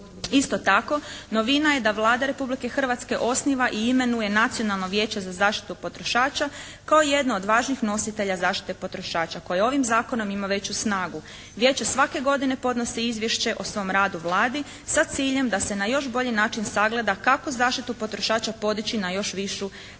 Isto tako novina je da Vlada Republike Hrvatske osniva i imenuje nacionalno vijeće za zaštitu potrošača kao jedno od važnih nositelja zaštite potrošača koje ovim zakonom ima veću snagu. Vijeće svake godine podnosi izvješće o svom radu Vladi sa ciljem da se na još bolji način sagleda kako zaštitu potrošača podići na još višu razinu.